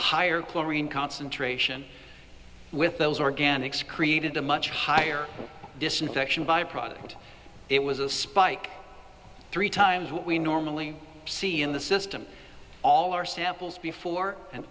higher chlorine concentration with those organics created a much higher disinfection by product it was a spike three times what we normally see in the system all our samples before and